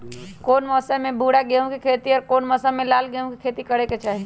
कौन मौसम में भूरा गेहूं के खेती और कौन मौसम मे लाल गेंहू के खेती करे के चाहि?